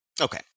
Okay